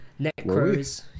Necros